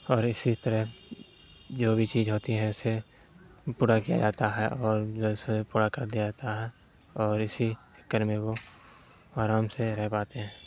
اور اسی طرح جو بھی چیز ہوتی ہیں اسے پورا کیا جاتا ہے اور جو ہے سو پورا کر دیا جاتا ہے اور اسی چکر میں وہ آرام سے رہ پاتے ہیں